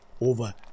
over